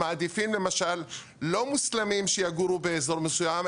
שמעדיפים למשל לא מוסלמים שיגורו באזור מסוים,